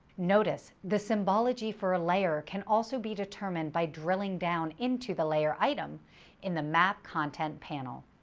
notice, the symbology for a layer can also be determined by drilling down in to the layer item in the map content panel.